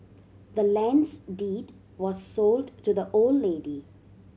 the land's deed was sold to the old lady